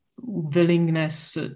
willingness